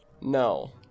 No